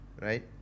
Right